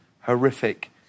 horrific